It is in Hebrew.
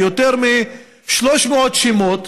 יותר מ-300 שמות.